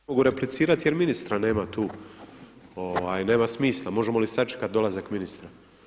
Ne mogu replicirati jer ministra nema tu, nema smisla, možemo li sačekati dolazak ministra?